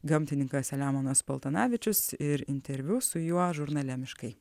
gamtininkas selemonas paltanavičius ir interviu su juo žurnale miškai